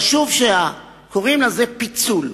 חשוב שקוראים לזה "פיצול".